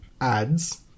ads